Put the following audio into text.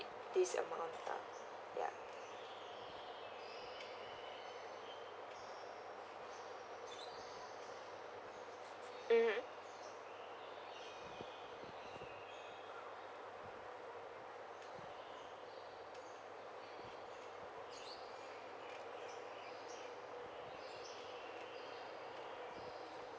this amount lah ya mmhmm